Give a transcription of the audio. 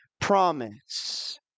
promise